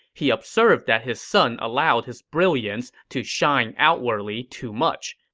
he observed that his son allowed his brilliance to shine outwardly too much.